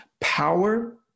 power